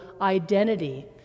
identity